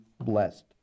blessed